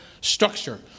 structure